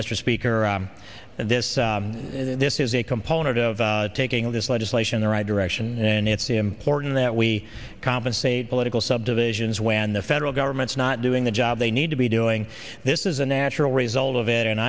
mr speaker this this is a component of taking this legislation the right direction and it's important that we compensate political subdivisions when the federal government's not doing the job they need to be doing this is a natural result of it and